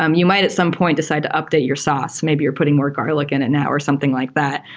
um you might at some point decide to update your sauce. maybe you're putting more garlic in it now or something like that.